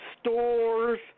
stores